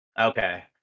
Okay